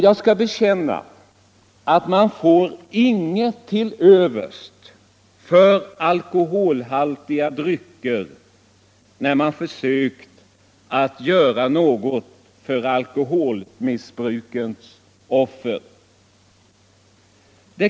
Jag skall bekänna att man inte får något till övers för alkoholhaltiga drycker när man försökt göra något för alkoholmissbrukets offer.